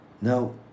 Now